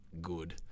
good